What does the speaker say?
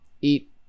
eat